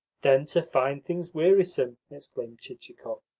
then to find things wearisome! exclaimed chichikov.